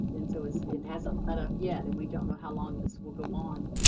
and so so it hasn't let up yet and we don't know how long this will go on.